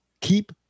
keep